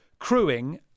crewing